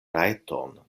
rajton